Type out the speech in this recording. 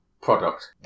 product